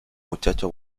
muchacho